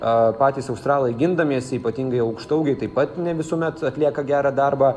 a patys australai gindamiesi ypatingai aukštaūgiai taip pat ne visuomet atlieka gerą darbą